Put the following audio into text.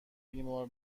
بیمار